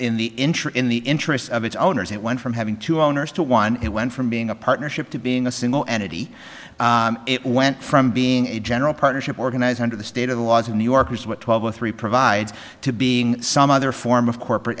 interest in the interests of its owners it went from having two owners to one it went from being a partnership to being a single entity it went from being a general partnership organized under the state of the laws of new yorkers what twelve o three provides to being some other form of corporate